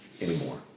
anymore